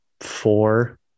four